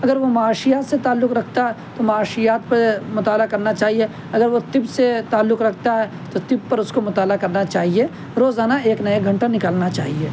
اگر وہ معاشیات سے تعلق رکھتا تو معاشیات پہ مطالعہ کرنا چاہیے اگر وہ طب سے تعلق رکھتا ہے تو طب پر اس کو مطالعہ کرنا چاہیے روزانہ ایک نہ ایک گھنٹہ نکالنا چاہیے